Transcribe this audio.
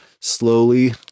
slowly